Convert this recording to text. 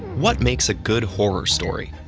what makes a good horror story?